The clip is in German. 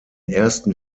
ersten